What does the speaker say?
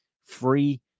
free